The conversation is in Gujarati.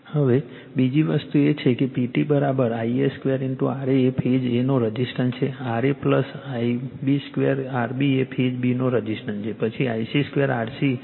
હવે બીજી વસ્તુ એ છે કે PT Ia2 RA એ ફેઝ a નો રઝિસ્ટન્સ છે RA Ib 2 RB એ ફેઝ b નો રઝિસ્ટન્સ છે પછી Ic 2 R C છે